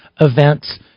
events